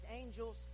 angels